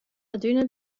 adüna